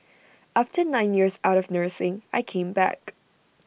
after nine years out of nursing I came back